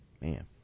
Man